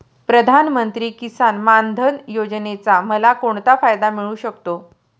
प्रधानमंत्री किसान मान धन योजनेचा मला कोणता फायदा मिळू शकतो?